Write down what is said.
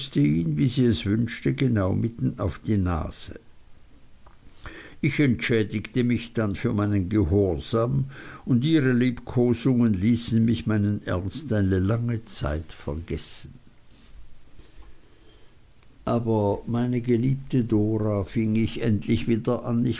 wie sie es wünschte genau mitten auf die nase ich entschädigte mich dann für meinen gehorsam und ihre liebkosungen ließen mich meinen ernst eine lange zeit vergessen aber meine geliebte dora fing ich endlich wieder an